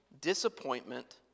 disappointment